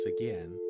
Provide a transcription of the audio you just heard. again